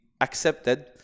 accepted